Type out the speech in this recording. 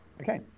Okay